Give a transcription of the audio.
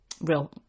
real